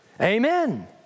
Amen